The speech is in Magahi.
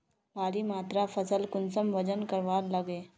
भारी मात्रा फसल कुंसम वजन करवार लगे?